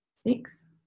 Six